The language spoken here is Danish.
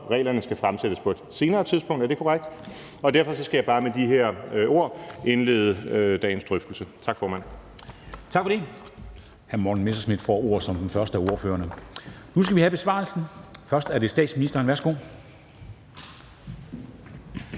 reglerne skal fremlægges på et senere tidspunkt – er det korrekt? – og derfor skal jeg bare med de her ord indlede dagens drøftelse. Tak, formand. Kl. 10:58 Formanden (Henrik Dam Kristensen): Tak for det. Hr. Morten Messerschmidt får ordet som den første af ordførerne. Nu skal vi have besvarelsen. Først er det statsministeren. Værsgo.